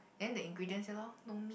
then the ingredients yeah lor no meat